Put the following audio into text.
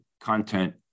content